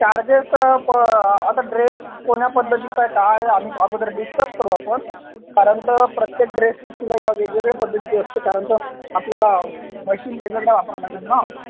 charges पं आता dress कोण्या पद्धतीचा आहे काय आहे आम्ही अगोदर डिस्कस करू आपण कारण तर प्रत्येक ड्रेसची शिलाई हा वेगवेगळ्या पद्धतीची असते कारण तर आपल्याला मशीन वेगवेगळ्या वापराव्या लागतात ना